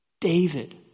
David